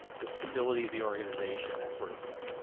the stability of the organization, that sort of stuff.